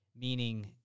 Meaning